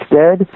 dead